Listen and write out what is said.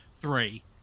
three